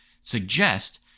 suggest